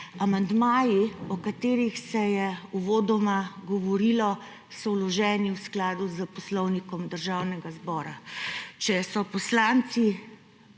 Amandmaji, o katerih se je uvodoma govorilo, so vloženi v skladu s Poslovnikom Državnega zbora. Če so poslanci